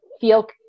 feel